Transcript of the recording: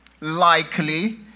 likely